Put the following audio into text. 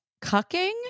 cucking